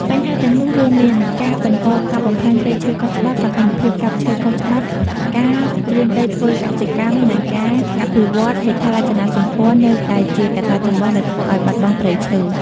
បញ្ហាទាំងនោះរួមមាន ការបន្តកាប់បំផ្លាញព្រៃឈើខុសច្បាប់ សកម្មភាពកាប់ឈើខុសច្បាប់ ការរានដីធ្វើកសិកម្ម និងការអភិវឌ្ឍហេដ្ឋារចនាសម្ព័ន្ធនៅតែជាកត្តាចម្បងដែលធ្វើឱ្យបាត់បង់ព្រៃឈើ។